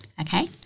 okay